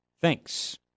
Thanks